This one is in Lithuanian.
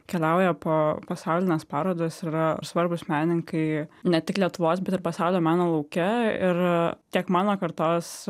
keliauja po pasaulines parodos yra svarbūs menininkai ne tik lietuvos bet ir pasaulio meno lauke ir tiek mano kartos